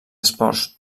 esports